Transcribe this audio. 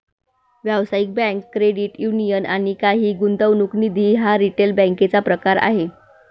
व्यावसायिक bank, credit union आणि काही गुंतवणूक निधी हा रिटेल बँकेचा प्रकार आहे